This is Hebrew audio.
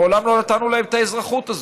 מעולם לא נתנו להם את האזרחות הזו.